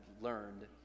learned